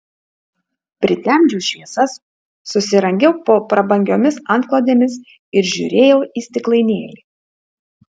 pritemdžiau šviesas susirangiau po prabangiomis antklodėmis ir žiūrėjau į stiklainėlį